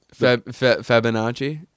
Fibonacci